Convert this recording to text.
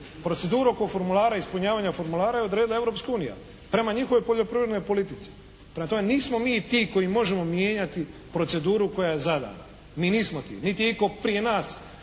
prema njihovoj poljoprivrednoj politici. Prema njihovoj poljoprivrednoj politici. Prema tome nismo mi ti koji možemo mijenjati proceduru koja je zadana. Mi nismo ti. Niti je itko prije nas